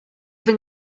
been